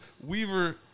Weaver